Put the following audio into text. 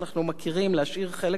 להשאיר חלק מן השדה לעני,